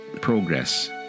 Progress